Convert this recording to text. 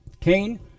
Cain